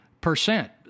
percent